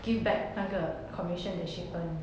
give back 那个 commission that she earn